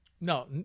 No